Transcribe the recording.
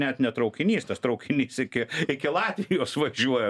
net ne traukinys tas traukinys iki iki latvijos važiuoja